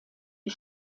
die